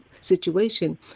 situation